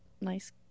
nice